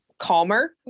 calmer